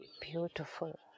Beautiful